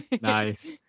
Nice